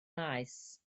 maes